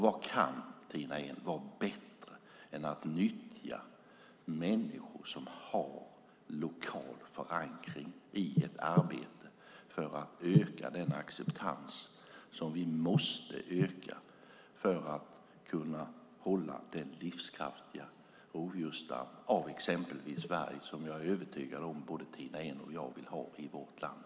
Vad kan, Tina Ehn, vara bättre än att nyttja människor som har lokal förankring i ett arbete för att öka den acceptans som vi måste öka för att kunna hålla denna livskraftiga rovdjursstam av exempelvis varg som jag är övertygad om att både Tina Ehn och jag vill ha i vårt land.